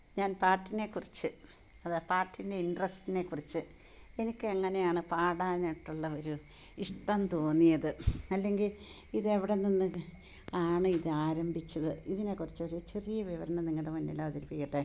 ഞാൻ പാട്ടിനെക്കുറിച്ച് അത് ആ പാട്ടിൻ്റെ ഇൻട്രസ്റ്റിനെക്കുറിച്ച് എനിക്കെങ്ങനെയാണ് പാടാനായിട്ടുള്ള ഒരു ഇഷ്ടം തോന്നിയത് അല്ലെങ്കിൽ ഇത് എവിടെ നിന്നാണ് ഇത് ആരംഭിച്ചത് ഇതിനെക്കുറിച്ചൊരു ചെറിയ വിവരണം നിങ്ങളുടെ മുന്നിൽ അവതരിപ്പിക്കട്ടെ